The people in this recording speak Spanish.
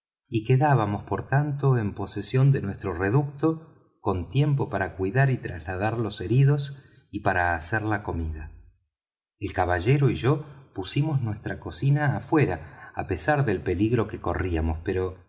y quedábamos por tanto en posesión de nuestro reducto con tiempo para cuidar y trasladar los heridos y para hacer la comida el caballero y yo pusimos nuestra cocina afuera á pesar del peligro que corríamos pero